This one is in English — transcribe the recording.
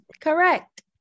Correct